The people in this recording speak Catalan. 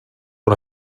una